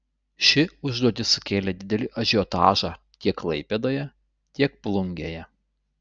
ši užduotis sukėlė didelį ažiotažą tiek klaipėdoje tiek plungėje